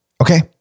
Okay